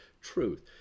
truth